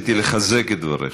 רציתי לחזק את דבריך.